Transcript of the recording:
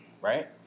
right